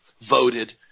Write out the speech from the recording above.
voted